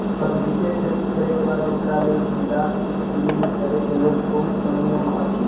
सब्जीके खेती करे के बाद ओकरा लेल भण्डार शित गृह में करे के लेल कोन कोन नियम अछि?